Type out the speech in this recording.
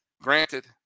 granted